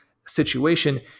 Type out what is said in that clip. situation